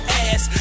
ass